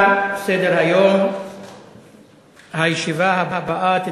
היום שר הביטחון החליט